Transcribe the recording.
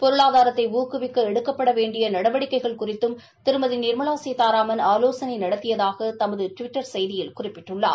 பொருளாதாரத்தை ஊக்கவிக்க எடுக்கப்பட வேண்டிய நடவடிக்கைகள் குறித்தும் திருமதி நிாமலா சீதாராமன் ஆவோசனை நடத்தியதாக தமது டுவிட்டர் செய்தியில் குறிப்பிட்டுள்ளார்